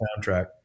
soundtrack